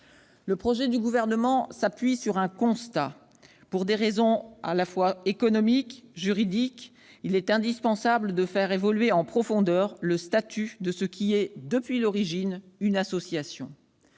Le projet du Gouvernement s'appuie sur un constat : pour des raisons tant économiques que juridiques, il est indispensable de faire évoluer en profondeur le statut de l'AFPA qui est, depuis l'origine, une association.